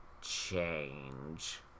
change